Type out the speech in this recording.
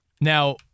Now